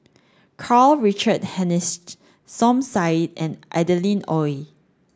Karl Richard Hanitsch Som Said and Adeline Ooi